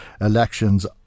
elections